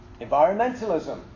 environmentalism